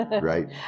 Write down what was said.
right